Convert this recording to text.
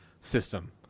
system